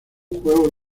juego